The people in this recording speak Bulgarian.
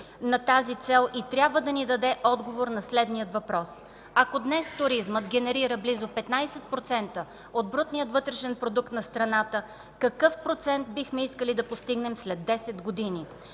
на тази цел и трябва да ни даде отговор на следния въпрос. Ако днес туризмът генерира близо 15% от брутния вътрешен продукт на страната, какъв процент бихме искали да постигнем след 10 години?